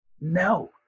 no